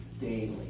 daily